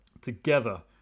together